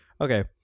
Okay